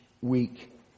week